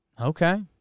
Okay